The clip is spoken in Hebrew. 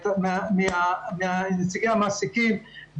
מנציגי המעסיקים,